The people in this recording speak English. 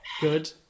Good